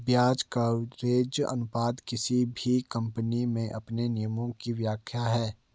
ब्याज कवरेज अनुपात किसी भी कम्पनी के अपने नियमों की व्याख्या है